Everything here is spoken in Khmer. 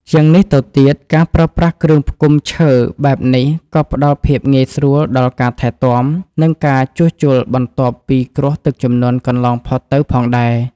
ជាងនេះទៅទៀត ការប្រើប្រាស់គ្រឿងផ្គុំឈើបែបនេះក៏ផ្ដល់ភាពងាយស្រួលដល់ការថែទាំ និងការជួសជុលបន្ទាប់ពីគ្រោះទឹកជំនន់កន្លងផុតទៅផងដែរ។